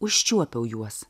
užčiuopiau juos